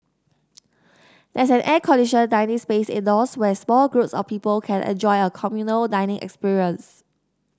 there's an air conditioned dining space indoors where small groups of people can enjoy a communal dining experience